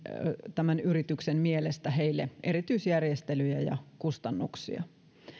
tämän yrityksen mielestä heille erityisjärjestelyjä ja kustannuksia